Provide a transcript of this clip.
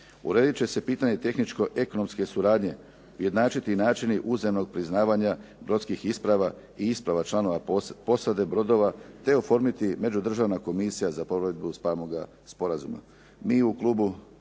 Uredit će se pitanje tehničko ekonomske suradnje, ujednačiti načini uzajamnog priznavanja brodskih isprava i isprava članova posade brodova te oformiti međudržavna komisija za provedbu stvarnoga sporazuma.